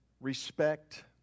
respect